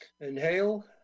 Inhale